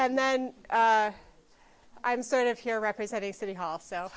and then i'm sort of here representing city hall so